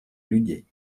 людей